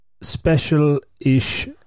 special-ish